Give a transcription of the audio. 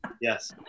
Yes